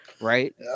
Right